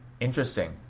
Interesting